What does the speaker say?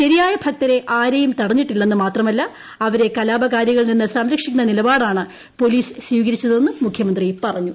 ശരിയായ ഭക്തരെ ആരെയും തടഞ്ഞിട്ടില്ലെന്ന് മാത്രമല്ല അവരെ കലാപകാരികളിൽ നിന്ന് സംരക്ഷിക്കുന്ന നിലപാടാണ് പോലീസ് സ്വീകരിച്ചതെന്നു ്ട് മുഖ്യമന്ത്രി പറഞ്ഞു